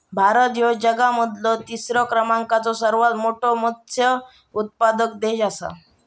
भारत ह्यो जगा मधलो तिसरा क्रमांकाचो सर्वात मोठा मत्स्य उत्पादक देश आसा